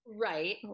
Right